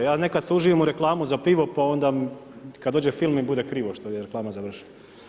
Ja nekad se uživim u reklamu za pivo pa onda kada dođe film mi bude krivo što je reklama završila.